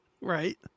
Right